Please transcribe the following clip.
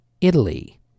Italy